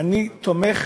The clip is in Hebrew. אני תומך